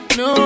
no